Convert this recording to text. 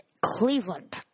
Cleveland